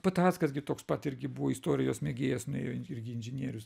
patackas gi toks pat irgi buvo istorijos mėgėjas nuėjo irgi inžinierius